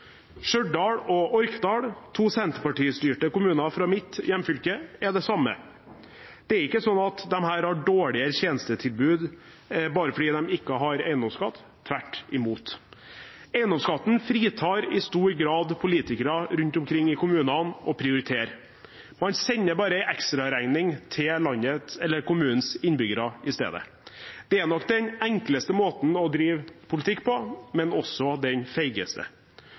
Stjørdal og Orkdal, to Senterparti-styrte kommuner fra mitt hjemfylke, er det samme. Disse har ikke dårligere tjenestetilbud bare fordi de ikke har eiendomsskatt – tvert imot. Eiendomsskatten fritar i stor grad politikere rundt omkring i kommunene fra å prioritere. Man sender bare en ekstraregning til kommunens innbyggere i stedet. Det er nok den enkleste måten å drive politikk på, men også den feigeste.